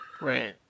Right